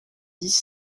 dix